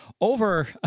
over